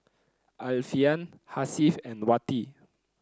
Alfian Hasif and Wati